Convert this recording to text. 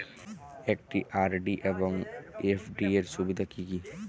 একটি আর.ডি এবং এফ.ডি এর সুবিধা কি কি?